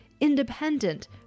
independent